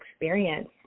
experience